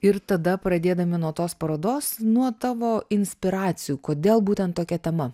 ir tada pradėdami nuo tos parodos nuo tavo inspiracijų kodėl būtent tokia tema